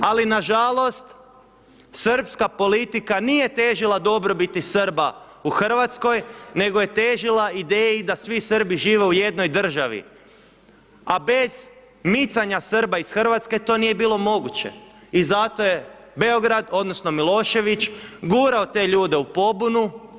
Ali na žalost srpska politika nije težila dobrobiti Srba u Hrvatskoj, nego je težila ideji da svi Srbi žive u jednoj državi, a bez micanja Srba iz Hrvatske to nije bilo moguće i zato je Beograd odnosno Milošević gurao te ljude u pobunu.